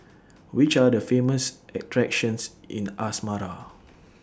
Which Are The Famous attractions in Asmara